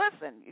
Listen